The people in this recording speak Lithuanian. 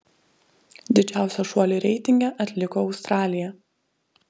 didžiausią šuolį reitinge atliko australija